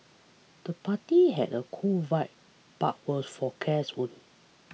the party had a cool vibe but was for guests only